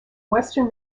western